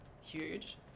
huge